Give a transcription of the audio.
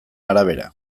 arabera